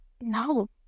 no